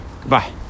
Goodbye